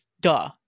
duh